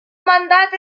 mandato